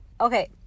Okay